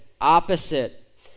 opposite